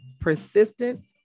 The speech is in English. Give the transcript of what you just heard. persistence